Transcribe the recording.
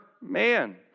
man